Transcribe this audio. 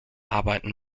arbeiten